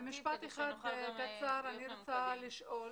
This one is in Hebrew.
במשפט אחד קצר: אני רוצה לשאול